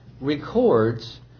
records